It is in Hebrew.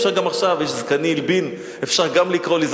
אפשר גם עכשיו, זקני הלבין, אפשר גם לקרוא לי זקן.